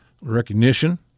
recognition